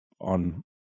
on